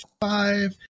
five